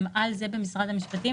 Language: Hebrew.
הם על זה במשרד המשפטים.